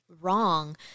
wrong